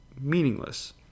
meaningless